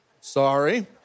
Sorry